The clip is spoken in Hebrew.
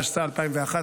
התשס"א 2001,